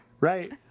Right